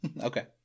Okay